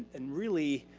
and really,